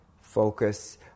focus